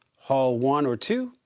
hall one or two,